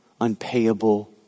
unpayable